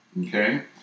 Okay